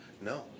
No